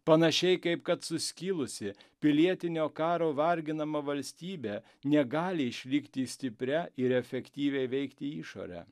panašiai kaip kad suskilusi pilietinio karo varginama valstybė negali išlikti stipria ir efektyviai veikti išorę